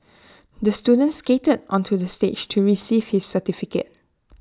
the student skated onto the stage to receive his certificate